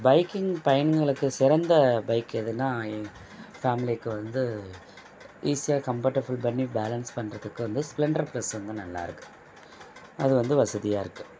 biking பயன்களுக்கு சிறந்த bike எதுனா ஏன் ஃபேமிலிக்கு வந்து ஈஸியாக கம்பர்ட்டஃபிள் பண்ணி பேலன்ஸ் பண்ணுறதுக்கு வந்து ஸ்ப்ளெண்ட்ரு ப்ளஸ்ஸு வந்து நல்லாருக்கு அது வந்து வசதியாக இருக்கு